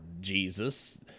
Jesus